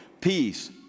peace